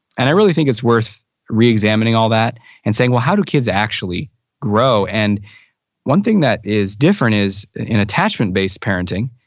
and i really think it's worth re-examining all that and saying well, how do kids actually grow? and one thing that is different is, in attachment-based parenting,